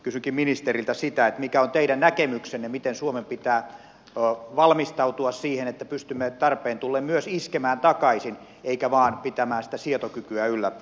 kysynkin ministeriltä sitä mikä on teidän näkemyksenne miten suomen pitää valmistautua siihen että pystymme tarpeen tullen myös iskemään takaisin emmekä vain pitämään sitä sietokykyä yllä loputtomiin